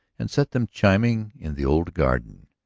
and set them chiming in the old garden.